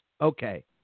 Okay